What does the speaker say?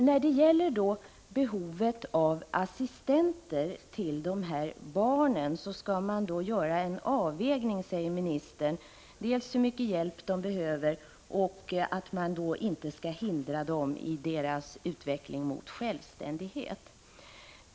När det gäller behovet av assistenter för dessa barn säger ministern att man skall göra en avvägning i fråga om hur mycket hjälp de behöver och att man inte skall hindra dem i deras utveckling mot självständighet.